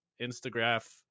Instagram